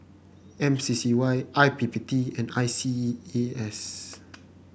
M C C Y I P P T and I C E A S